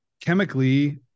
chemically